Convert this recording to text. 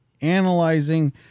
analyzing